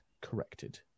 corrected